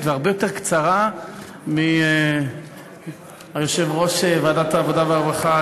והרבה יותר קצרה משל יושב-ראש ועדת העבודה והרווחה,